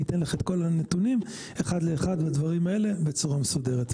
אני אתן לך את כל הנתונים אחד לאחד בדברים האלה בצורה מסודרת.